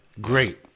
Great